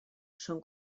són